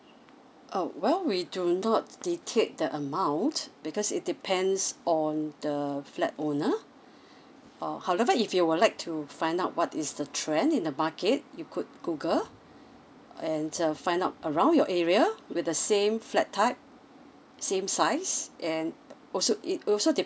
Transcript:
oh well we do not dictate the amount because it depends on the flat owner uh however if you would like to find out what is the trend in the market you could google and uh find out around your area with the same flat type same size and a~ also it also de~